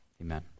Amen